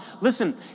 Listen